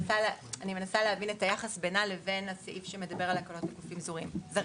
אני מנסה להבין את היחס בינה לבין הסעיף שמדבר על הקלות לגופים זרים.